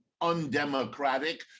undemocratic